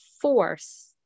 force